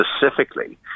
specifically